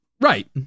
Right